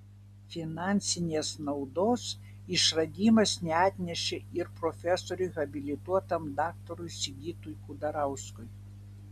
finansinės naudos išradimas neatnešė ir profesoriui habilituotam daktarui sigitui kudarauskui